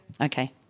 okay